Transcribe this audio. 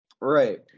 Right